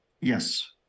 yes